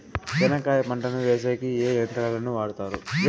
చెనక్కాయ పంటను వేసేకి ఏ యంత్రాలు ను వాడుతారు?